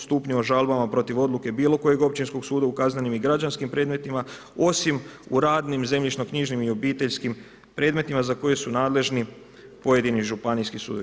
Stupnju o žalbama protiv odluke bilo kojeg općinskog suda u kaznenim i građanskim predmetima osim u radnim, zemljišnoknjižnim i obiteljskim predmetima za koje su nadležni pojedini županijski sudova.